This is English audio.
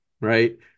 right